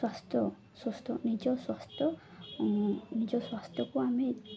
ସ୍ୱାସ୍ଥ୍ୟ ସୁସ୍ଥ ନିଜ ସ୍ୱାସ୍ଥ୍ୟ ନିଜ ସ୍ୱାସ୍ଥ୍ୟକୁ ଆମେ